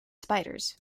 spiders